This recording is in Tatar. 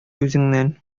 үзеңнән